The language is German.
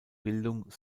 bildung